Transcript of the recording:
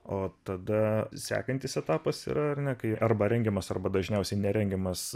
o tada sekantis etapas yra ar ne kai arba rengiamas arba dažniausiai nerengiamas